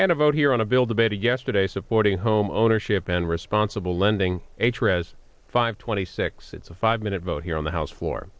and a vote here on a bill the better yesterday supporting home ownership and responsible lending h r s five twenty six it's a five minute vote here on the house f